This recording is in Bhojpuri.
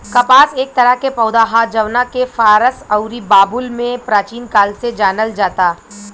कपास एक तरह के पौधा ह जवना के फारस अउरी बाबुल में प्राचीन काल से जानल जाता